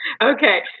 Okay